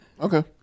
Okay